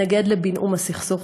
מתנגד לבינאום הסכסוך,